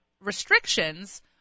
restrictions